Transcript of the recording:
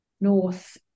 North